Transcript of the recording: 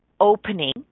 opening